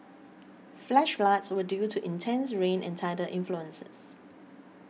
flash floods were due to intense rain and tidal influences